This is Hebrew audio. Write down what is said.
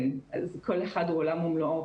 כל אחד הוא עולם ומלואו.